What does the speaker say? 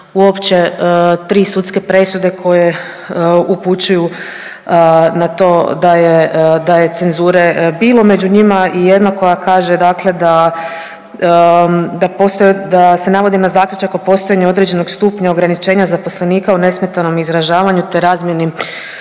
uopće tri sudske presude koje upućuju na to da je, da je cenzure bilo, među njima i jedna koja kaže dakle da, da postoje, da se navodi na zaključak o postojanju određenog stupnja ograničenja zaposlenika o nesmetanom izražavanju, te razmjeni